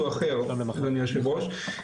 ברשותכם, אני רק אתייחס.